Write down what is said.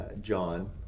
John